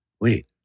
Wait